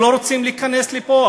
הם לא רוצים להיכנס לפה,